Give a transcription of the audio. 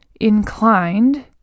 inclined